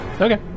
Okay